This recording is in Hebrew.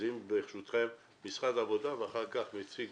אז ניתן לנציגי משרד העבודה ואחר כך לנציג